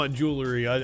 jewelry